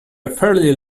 fairly